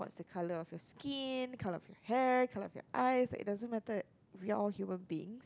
colour of your skin colour of your hair colour of your eyes it doesn't matter we're all human being